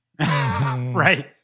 Right